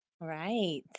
Right